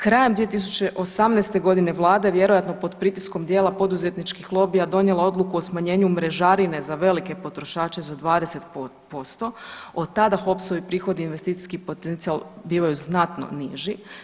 Krajem 2018. godine Vlada vjerojatno pod pritiskom dijela poduzetničkih lobija donijela odluku o smanjenju mrežarine za velike potrošače za 20%, od tada HOPS-ovi prihodi i investicijski potencijal bivaju znatno niži.